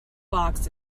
box